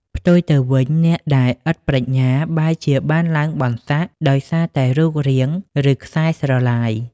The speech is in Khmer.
ផ្ទុយទៅវិញ អ្នកដែលឥតប្រាជ្ញាបែរជាបានឡើងបុណ្យស័ក្តិដោយសារតែរូបរាង ឬខ្សែស្រឡាយ។